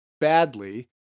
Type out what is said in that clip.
badly